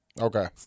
Okay